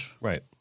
Right